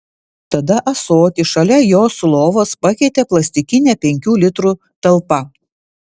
tada ąsotį šalia jos lovos pakeitė plastikinė penkių litrų talpa